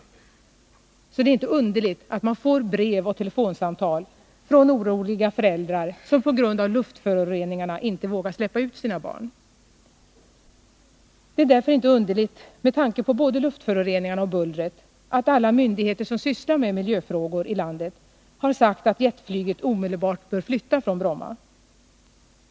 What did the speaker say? Det är alltså inte underligt att man får brev och telefonsamtal från oroliga föräldrar som på grund av luftföroreningarna inte vågar släppa ut sina barn. Det är inte heller underligt — med tanke på både luftföroreningarna och bullret — att alla myndigheter som sysslar med miljöfrågor i landet har sagt att jetflyget omedelbart bör flytta från Bromma.